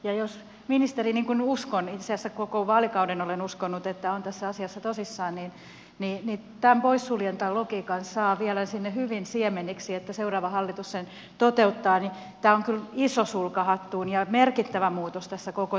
ja jos ministeri niin kuin uskon itse asiassa koko vaalikauden olen uskonut on tässä asiassa tosissaan niin tämän poissuljentalogiikan saa vielä sinne hyvin siemeniksi että seuraava hallitus sen toteuttaa ja tämä on kyllä iso sulka hattuun ja merkittävä muutos tässä koko tilanteessa